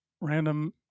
random